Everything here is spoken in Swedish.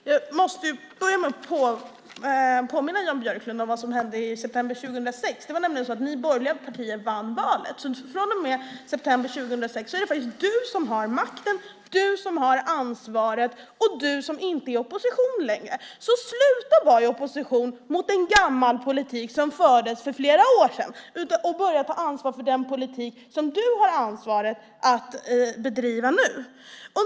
Herr talman! Jag måste börja med att påminna Jan Björklund om vad som hände i september 2006. Det var ju så att ni i de borgerliga partierna vann valet, så från och med september 2006 är det faktiskt du som har makten, du som har ansvaret och du som inte längre är i opposition. Så sluta vara i opposition mot en gammal politik som fördes för flera år sedan och börja ta ansvar för den politik som du nu har ansvaret för att bedriva!